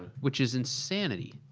which is insanity!